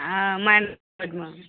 हँ माइन रोडमे